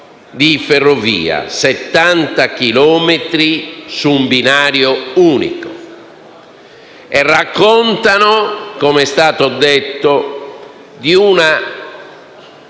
di ferrovia (70 chilometri su un binario unico) raccontano, come è stato detto, di una